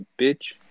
bitch